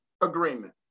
agreement